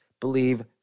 believe